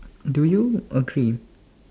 do you agree